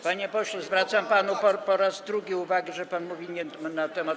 Panie pośle, zwracam panu po raz drugi uwagę, że pan mówi nie na temat.